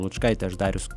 lučkaitė aš darius